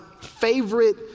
favorite